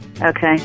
okay